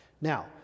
Now